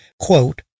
quote